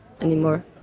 anymore